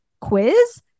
quiz